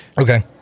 okay